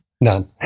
None